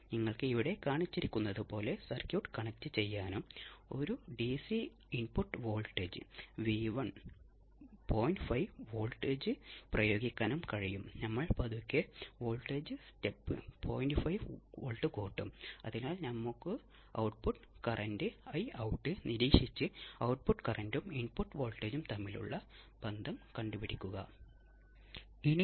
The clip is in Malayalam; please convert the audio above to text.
നമ്മൾ കണ്ടെത്തുന്നത് ആർ നെ അപേക്ഷിച്ച് സി വളരെ വലുതായിരിക്കുമ്പോൾ ഫേസ് ആംഗിൾ 90 ഡിഗ്രി ആകാനുള്ള പ്രവണത കാണിക്കുന്നു എന്നതാണ്